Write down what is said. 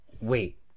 Wait